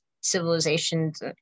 civilizations